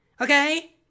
Okay